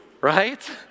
right